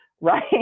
right